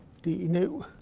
d nu.